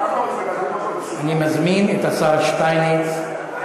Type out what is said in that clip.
אני מזמין את השר שטייניץ,